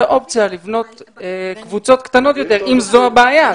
האופציה לבנות קבוצות קטנות יותר אם זו הבעיה,